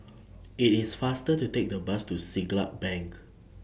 IT IS faster to Take The Bus to Siglap Bank